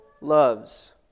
loves